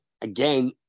again